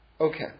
Okay